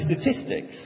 statistics